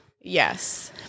Yes